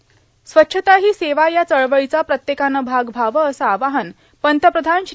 स्वच्छता ही सेवा या चळवळीचा प्रत्येकानं भाग व्हावं असं आवाहन पंतप्रधान श्री